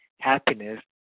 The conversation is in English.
happiness